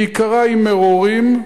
בעיקרה היא מרורים,